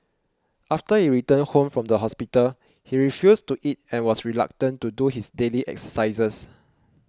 after he returned home from the hospital he refused to eat and was reluctant to do his daily exercises